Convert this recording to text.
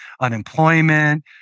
unemployment